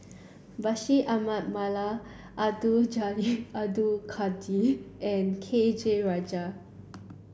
Bashir Ahmad Mallal Abdul Jalil Abdul Kadir and K J Rajah